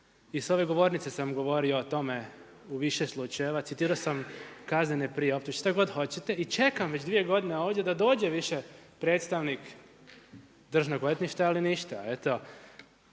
I s ove govornice sam govorio o tome u više slučajeva, citirao sam kaznene prijave, što god hoćete. I čekam već dvije godine ovdje da dođe više predstavnik državnog odvjetništva ali ništa.